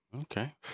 Okay